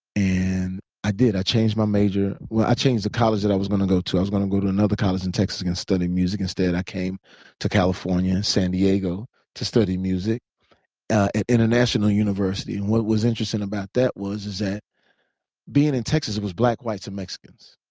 and i did. i changed my major. i changed the college that i was gonna go to. i was gonna go to another college in texas and and study music. instead, i came to california san diego to study music at a national university. and what was interesting about that was is that being in texas, it was blacks, whites and mexicans.